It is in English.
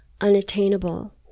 unattainable